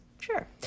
Sure